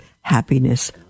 Happiness